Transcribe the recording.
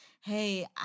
hey